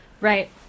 Right